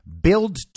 build